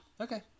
Okay